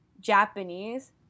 Japanese